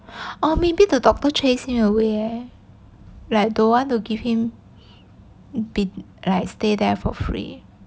oh maybe the doctor chase him away eh like don't want to give him bit like stay there for free